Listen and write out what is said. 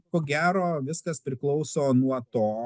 ko gero viskas priklauso nuo to